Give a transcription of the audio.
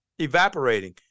evaporating